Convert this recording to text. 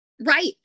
Right